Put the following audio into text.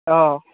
অঁ